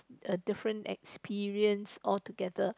a different experience all together